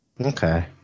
okay